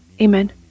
amen